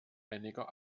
einiger